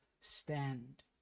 stand